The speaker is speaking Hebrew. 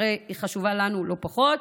הרי שהיא חשובה לנו לא פחות.